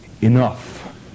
enough